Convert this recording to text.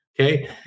Okay